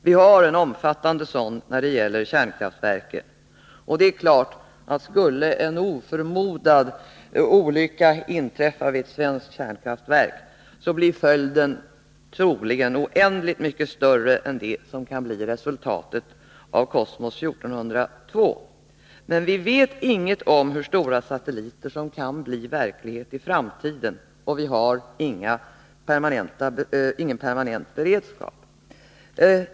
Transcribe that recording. Vi har en omfattande beredskap när det gäller kärnkraftverken, och det är klart att skulle en olycka mot förmodan inträffa vid ett svenskt kärnkraftverk, blir följderna troligen oändligt mycket mera omfattande än följderna av en olycka med Kosmos 1402 skulle bli. Men vi vet inget om hur stora satelliterna kan bli i framtiden, och vi har ingen permanent beredskap.